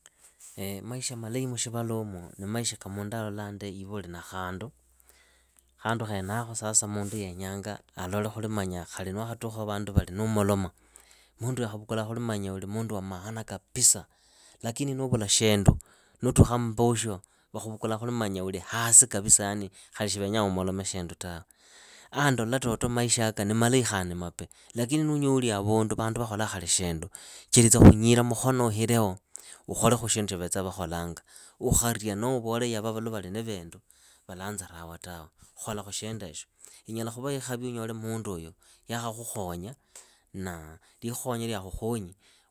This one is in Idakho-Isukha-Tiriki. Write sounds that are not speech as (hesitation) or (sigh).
(hesitation) maisha malahi mushivaluumu ni maisha ka mundu alolandi iwe uli na khandu. khandu khenakho sasa mundu yenya alole khuli khali ni wakhatukha wa vandu vali nuumoloma, munduyu akhuvukula khuli uli mundu wa maana kapisa. Lakini nuuvula shindu nuutukha mbosho vakhuvukula khuli uli hasi kapisa yani khali shivenyaa umolome shindu tawe. Andola maishaka ni malahi khandi ni mapi, lakini nuunyoli avundu vandu vakholaa khali shindu, chelitsa khunyila mukhono uhileho, ukhole shindu shya vakholanga. Ukharia noho uvole yava lwa vali na vindu valanzarawa tawe, kholakhu shinduesho. Inyala khuva ikhavi unyole munduoyo yalhakhukhonya na